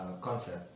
concept